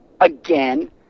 again